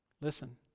Listen